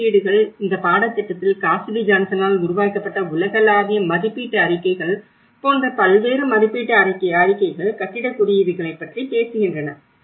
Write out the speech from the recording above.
மதிப்பீடுகள் இந்த பாடத்திட்டத்தில் காசிடி ஜான்சனால் உருவாக்கப்பட்ட உலகளாவிய மதிப்பீட்டு அறிக்கைகள் போன்ற பல்வேறு மதிப்பீட்டு அறிக்கைகள் கட்டிடக் குறியீடுகளைப் பற்றி பேசுகின்றன